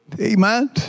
Amen